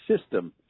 system